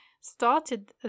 started